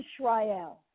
Israel